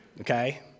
okay